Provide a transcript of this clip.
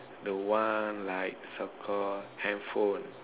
the one like circle handphone